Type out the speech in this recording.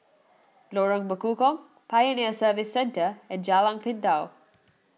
Lorong Bekukong Pioneer Service Centre and Jalan Pintau